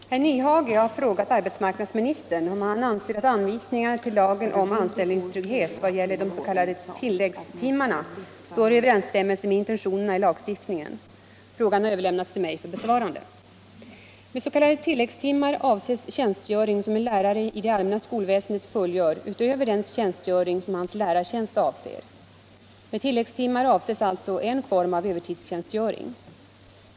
Fru talman! Herr Nyhage har frågat arbetsmarknadsministern om han anser att anvisningarna till lagen om anställningstrygghet vad gäller de s.k. tilläggstimmarna står i överensstämmelse med intentionerna i lagstiftningen. Frågan har överlämnats till mig för besvarande. Med s.k. tilläggstimmar avses tjänstgöring som en lärare i det allmänna skolväsendet fullgör utöver den tjänstgöring som hans lärartjänst omfattar. Med tilläggstimmar avses alltså en form av övertidstjänstgöring.